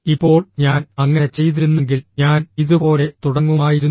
ഇപ്പോൾ ഞാൻ അങ്ങനെ ചെയ്തിരുന്നെങ്കിൽ ഞാൻ ഇതുപോലെ തുടങ്ങുമായിരുന്നു